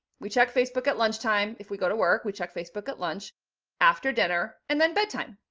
we check facebook at lunchtime. if we go to work, we check facebook at lunch after dinner, and then bedtime.